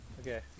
Okay